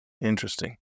interesting